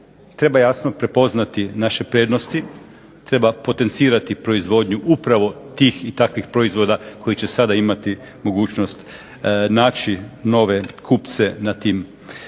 Treba jasno prepoznati naše prednosti, treba potencirati proizvodnju upravo tih i takvih proizvoda koji će sada imati mogućnost naći nove kupce na tim